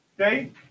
okay